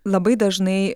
labai dažnai